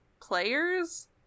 players